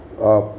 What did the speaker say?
of